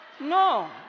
No